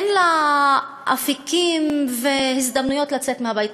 אין לה אפיקים והזדמנויות לצאת מהבית.